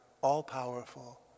all-powerful